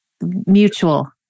mutual